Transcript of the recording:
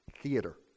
theater